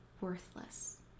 worthless